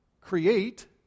create